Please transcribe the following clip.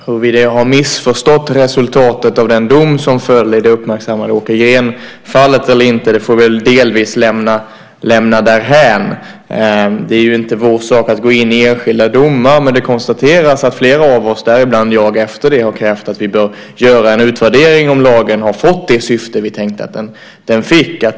Fru talman! Huruvida jag har missförstått resultatet av den dom som föll i det uppmärksammade Åke Green-fallet eller inte får vi väl delvis lämna därhän. Det är inte vår sak att gå in i enskilda domar, men det konstateras att flera av oss - däribland jag - efter det har krävt att vi bör göra en utvärdering av om lagen har fått det syfte vi tänkte att den skulle få.